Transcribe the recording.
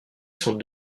sont